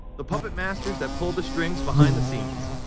the puppet masters that pull the strings behind the scenes.